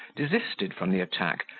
desisted from the attack,